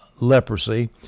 leprosy